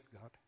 God